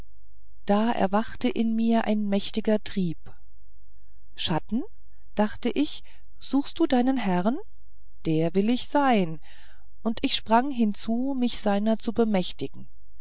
da erwachte in mir ein mächtiger trieb schatten dacht ich suchst du deinen herrn der will ich sein und ich sprang hinzu mich seiner zu bemächtigen